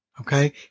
Okay